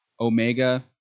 Omega